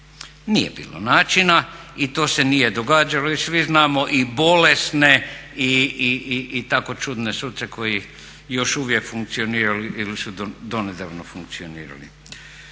Nije bilo načina i to se nije događalo jer svi znamo i bolesne, i tako čudne suce koji još uvijek funkcioniraju ili su donedavno funkcionirali.